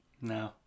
no